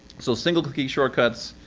so single key shortcuts